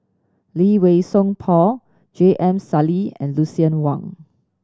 Lee Wei Song Paul J M Sali and Lucien Wang